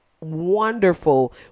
wonderful